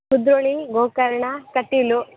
Kudroli Gokarna Kateel